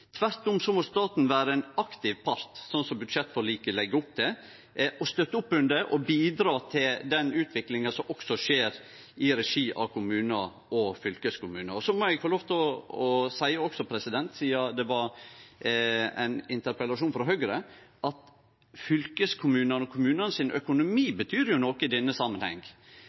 Tvert om må staten vere ein aktiv part, slik som budsjettforliket legg opp til, og støtte opp under og bidra til den utviklinga som også skjer i regi av kommunar og fylkeskommunar. Så må eg også, sidan det var ein interpellasjon frå Høgre, få lov til å seie at økonomien til fylkeskommunane og kommunane betyr noko i denne